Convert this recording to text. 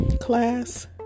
class